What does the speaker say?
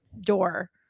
door